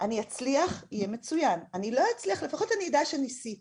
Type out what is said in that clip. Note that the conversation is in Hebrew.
ואם אני אצליח זה יהיה מצוין ואם אני לא אצליח לפחות אני אדע שניסיתי